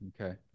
Okay